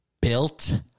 Built